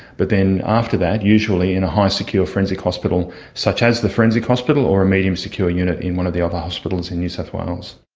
but then after that usually in a high security forensic hospital such as the forensic hospital or a medium-secure unit in one of the other hospitals in new south wales.